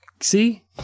See